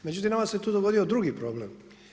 Međutim, nama se tu dogodio drugi problem.